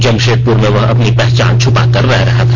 जम ीदपुर में वह अपनी पहचान छुपाकर रह रहा था